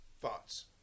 Thoughts